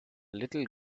little